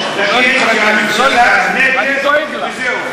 תגיד שהממשלה נגד וזהו.